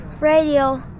radio